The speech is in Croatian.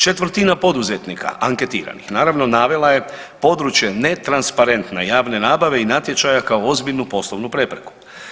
Četvrtina poduzetnika anketiranih naravno navela je područje netransparentne javne nabave i natječaja kao ozbiljnu poslovnu prepreku.